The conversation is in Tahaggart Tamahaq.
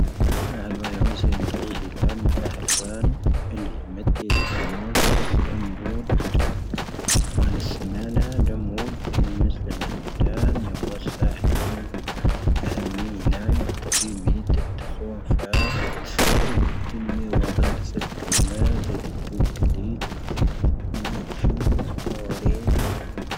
ʻā'ⵔⵡⴰⵢⴰⵡⵙⴻ ʻⵉⵏ ʻⵔʻⵉⵀⵉ ʻⵍā'ⵏ ʻⵜⴰⵀⴰⵔ ʻⵡⴰⵏ ʻⵉⵍ'ⵢⵉⵎⴻⵜ ʻⵉ'ⵔ ʻⵢⴰⵎⴰⵡⵙⴻ ʻⴰⵎⴰⵡⴷ ʻⴰⵏ ʻⴰⵙⵉⵎⴰⵏⴰ ʻⴰⵎⴰⵡⴷ ʻⴰⵏ ʻⵎⵉⵣⵍ ʻⵎⴰⵍⵍⴷāⵏ ʻⵢⴰⵎⴰⵡⵙⴻ ʻⴰ'ⵍ ʻⴰⵏ ʻⵉ'ⵔ ⵎ'ⵏⴰⵢ ʻⵜʻⴰ'ⵉ ʻⵎʻⵉʻⵜ ʻⵜʻⴰ'ⵉ ʻⵜʻⴰ'ⵉ ʻⵜʻⴰ'ⵉ ʻⴼāⵜ ʻⵉ'ⵔ ʻⵜʻⵉ'ⵏ ʻⵎⴰⵡⴷ ʻⴰⵏ ʻⵜʻⴰ'ⵉ ʻⵜʻⴰ'ⵉ �.